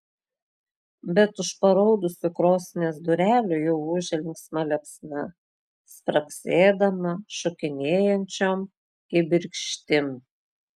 bet už paraudusių krosnies durelių jau ūžia linksma liepsna spragsėdama šokinėjančiom kibirkštim